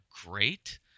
great